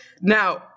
Now